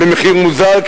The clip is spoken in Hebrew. מחיר מוזל,